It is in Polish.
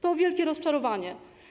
To wielkie rozczarowanie.